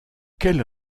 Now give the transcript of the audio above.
quelle